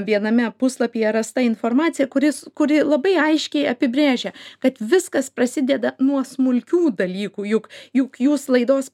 viename puslapyje rasta informacija kuris kuri labai aiškiai apibrėžia kad viskas prasideda nuo smulkių dalykų juk juk jūs laidos